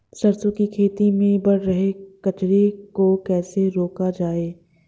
सरसों की खेती में बढ़ रहे कचरे को कैसे रोका जाए?